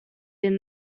dem